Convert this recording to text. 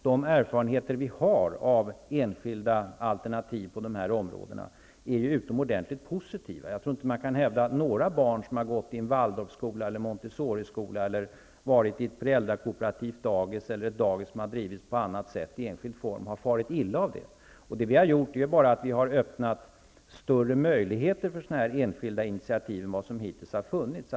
De erfarenheter som finns av enskilda alternativ på dessa områden är utomordentligt positiva. Jag tror inte att det går att hävda att något barn som har gått i Waldorfskola eller Montessoriskola, föräldrakooperativt dagis eller dagis som har drivits på annat sätt i enskild form har farit illa av det. Vi har öppnat större möjligheter för enskilda initiativ än vad som hittills har funnits.